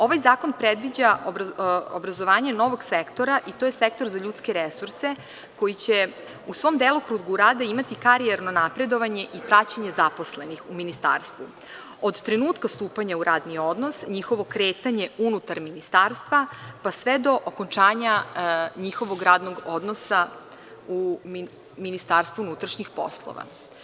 Ovaj zakon predviđa obrazovanje novog sektora i to je sektor za ljudske resurse, koji će u svom delokrugu rada imati karijerno napredovanje i praćenje zaposlenih u Ministarstvu, od trenutka stupanja u radni odnos, njihovo kretanje unutar Ministarstva, pa sve do okončanja njihovog radnog odnosa u MUP.